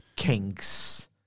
Kinks